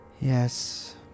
Yes